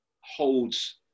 holds